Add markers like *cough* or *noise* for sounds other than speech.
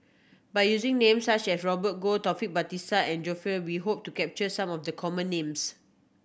by using names such as Robert Goh Taufik Batisah and *unintelligible* we hope to capture some of the common names